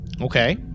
Okay